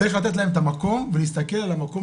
צריך לתת להם את המקום ולהסתכל על המקום